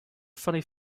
funny